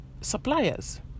suppliers